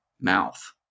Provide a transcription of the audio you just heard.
mouth